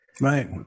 Right